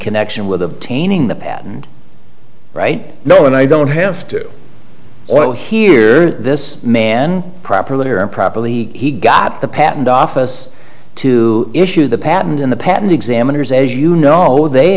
connection with obtaining the patent right no and i don't have to well hear this man properly or improperly he got the patent office to issue the patent in the patent examiners as you know